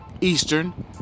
Eastern